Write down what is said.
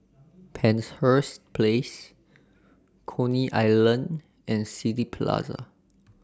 Penshurst Place Coney Island and City Plaza